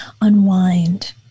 unwind